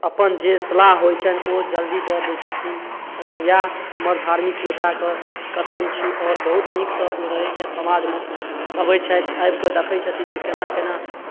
अपन जे सलाह होइ छनि ओ जल्दी दऽ दै छथिन आओर इएह हमर धार्मिक नेताके कथन छी आओर बहुत नीकसँ ओ रहै छथि समाजमे अबै छथि आबि कऽ देखै छथिन जे केना केना